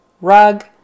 rug